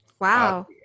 wow